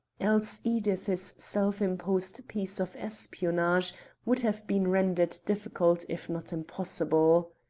else edith's self-imposed piece of espionage would have been rendered difficult, if not impossible.